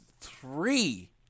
three